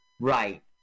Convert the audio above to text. Right